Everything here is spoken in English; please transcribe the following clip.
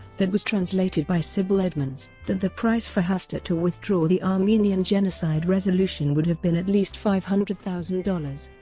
that was translated by sibel edmonds, that the price for hastert to withdraw the armenian genocide resolution would have been at least five hundred thousand dollars.